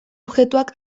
objektuak